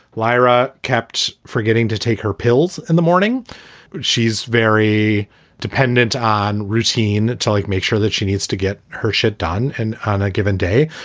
lyra kept forgetting to take her pills in the morning, but she's very dependent on routine. telic make sure that she needs to get her shit done and on a given day.